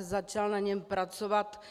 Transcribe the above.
Začal na něm pracovat